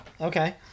Okay